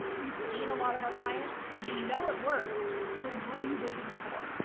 you've seen a lot of our clients. you know it works, so what are you waiting for?